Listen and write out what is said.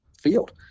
field